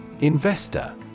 Investor